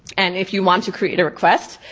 and if you want to create a request,